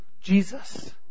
Jesus